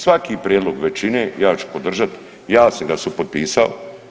Svaki prijedlog većine ja ću podržati, ja sam ga supotpisao.